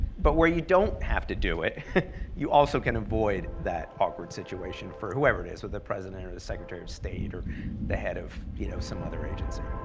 but where you don't have to do it you also can avoid that awkward situation for whoever it is, with the president, or the secretary of state, or the head of you know some other agency.